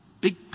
big